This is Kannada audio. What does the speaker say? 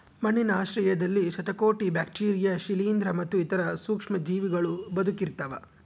ಮಣ್ಣಿನ ಆಶ್ರಯದಲ್ಲಿ ಶತಕೋಟಿ ಬ್ಯಾಕ್ಟೀರಿಯಾ ಶಿಲೀಂಧ್ರ ಮತ್ತು ಇತರ ಸೂಕ್ಷ್ಮಜೀವಿಗಳೂ ಬದುಕಿರ್ತವ